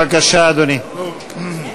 בבקשה, אדוני.